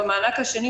במענק השני,